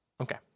Okay